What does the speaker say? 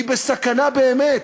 היא בסכנה באמת.